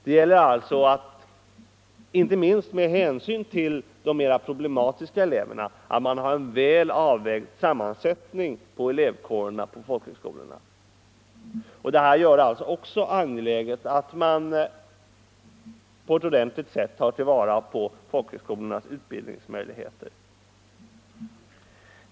Det gäller alltså, inte minst med hänsyn till de mer problematiska eleverna, att ha en väl avvägd sammansättning av elevkårerna på folkhögskolorna. Detta gör det också angeläget att man på ett ordentligt sätt tar till vara folkhögskolornas utbildningsmöjligheter.